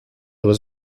was